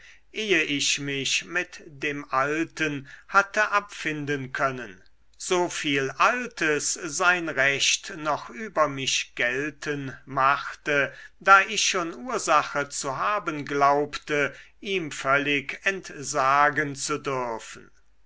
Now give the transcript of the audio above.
ehe ich mich mit dem alten hatte abfinden können so viel altes sein recht noch über mich gelten machte da ich schon ursache zu haben glaubte ihm völlig entsagen zu dürfen